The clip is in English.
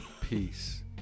peace